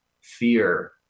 fear